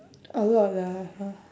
a lot lah !huh!